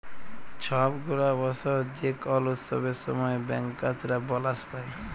ছব গুলা বসর যে কল উৎসবের সময় ব্যাংকার্সরা বলাস পায়